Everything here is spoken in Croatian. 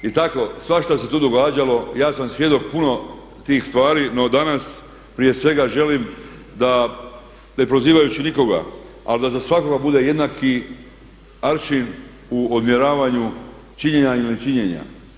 I tako, svašta se tu događalo, ja sam svjedok puno tih stvari no dana prije svega želim da ne prozivajući nikoga ali da za svakoga bude jednaki aršin u odmjeravanju činjenja i ne činjenja.